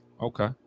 Okay